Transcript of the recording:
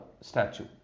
statue